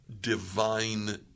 divine